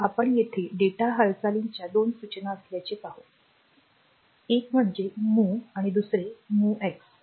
तर आपण येथे डेटा हालचालींच्या दोन सूचना असल्याचे पाहू एक म्हणजे MOV आणि दुसरे MOVX